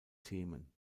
themen